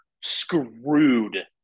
screwed